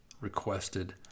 requested